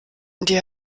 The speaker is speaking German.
die